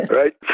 right